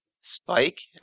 Spike